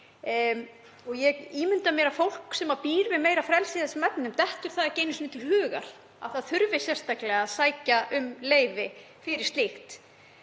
og ég ímynda mér að fólki sem býr við meira frelsi í þeim efnum detti ekki einu sinni í hug að það þurfi sérstaklega að sækja um leyfi fyrir slíku.